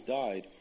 died